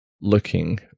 looking